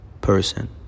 person